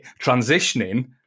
transitioning